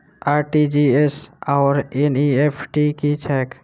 RTGS आओर NEFT की छैक?